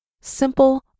simple